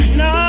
no